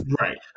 right